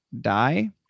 die